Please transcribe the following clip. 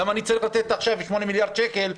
למה אני צריך לתת עכשיו שמונה מיליארד שקל,